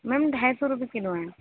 میم ڈھائی سو روپیے کلو ہیں